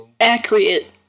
Accurate